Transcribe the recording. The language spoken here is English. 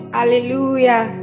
Hallelujah